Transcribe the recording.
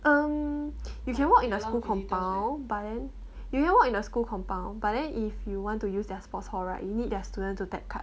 um you can walk in a school compound but then you never walk in a school compound but then if you want to use their sports hall right you need their student to tap card